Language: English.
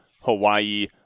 hawaii